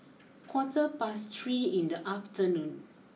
quarter past three in the afternoon